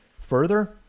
further